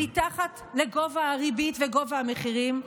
מתחת לגובה הריבית וגובה המחירים.